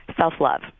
self-love